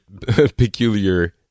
peculiar